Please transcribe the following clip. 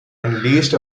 unleashed